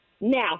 now